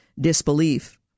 disbelief